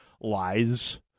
lies